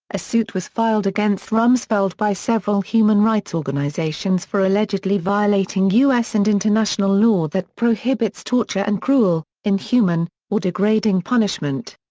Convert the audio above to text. a suit was filed against rumsfeld by several human rights organizations for allegedly violating u s. and international law that prohibits torture and cruel, inhuman, or degrading punishment.